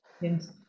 Yes